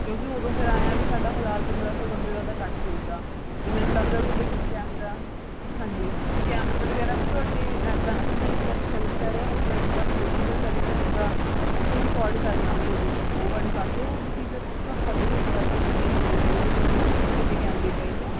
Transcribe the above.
ਕਿਉਂਕਿ ਉਦੋਂ ਫਿਰ ਐਂਏ ਆ ਵੀ ਸਾਡਾ ਹਜ਼ਾਰ ਪੰਦਰਾਂ ਸੌ ਬੰਦੇ ਦਾ ਤਾਂ ਇਕੱਠ ਹੋਊਗਾ ਅਤੇ ਮੈਨੂੰ ਲੱਗਦਾ ਤੁਹਾਡੇ ਕੈਮਰਾ ਹਾਂਜੀ ਅਤੇ ਕੈਮਰੇ ਵਗੈਰਾ ਵੀ ਤੁਹਾਡੇ ਇੱਦਾਂ ਨਾ ਜਿੱਦਾਂ ਇੱਕ ਪਾਸੇ ਸ਼ਗਨ ਪੈ ਰਿਹਾ ਹੋਊਗਾ ਇੱਕ ਪਾਸੇ ਰੋਟੀ ਦਾ ਚੱਲ ਰਿਹਾ ਹੋਊਗਾ ਅਤੇ ਤੁਸੀਂ ਰਿਕੋਰਡ ਕਰਨਾ ਮਤਲਬ ਉਹ ਉਹ ਵਾਲੇ ਪਾਸੇ ਉਹ ਤੁਸੀਂ ਫੇਰ ਤੁਹਾਨੂੰ ਪਤਾ ਹੀ ਹੋਊਗਾ ਵਈ ਕਿੰਨੇ ਬੰਦੇ ਚਾਹੀਦੇ ਆ ਤੁਹਾਨੂੰ ਕਿੰਨੇ ਕੈਮਰੇ ਚਾਹੀਦੇ ਆ